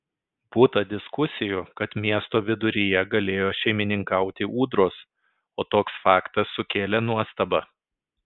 būta diskusijų kad miesto viduryje galėjo šeimininkauti ūdros o toks faktas sukėlė nuostabą